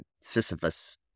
Sisyphus